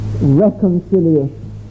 reconciliation